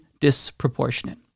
disproportionate